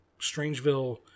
Strangeville